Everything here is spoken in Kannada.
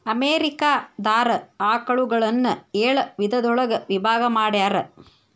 ಅಮೇರಿಕಾ ದಾರ ಆಕಳುಗಳನ್ನ ಏಳ ವಿಧದೊಳಗ ವಿಭಾಗಾ ಮಾಡ್ಯಾರ